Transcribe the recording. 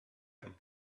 him